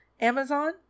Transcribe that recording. Amazon